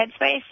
Headspace